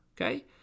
Okay